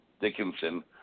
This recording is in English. Dickinson